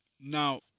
Now